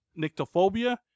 Nyctophobia